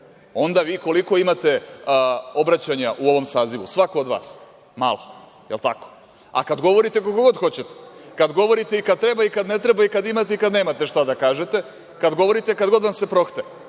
onda vi koliko imate obraćanja u ovom sazivu, svako od vas? Malo, da li je tako? Kad govorite koliko god hoćete, kad govorite i kad treba i kad ne treba i kad imate i kad nemate šta da kažete, kad govorite kad god vam se prohte,